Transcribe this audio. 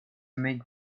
make